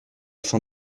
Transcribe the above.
fin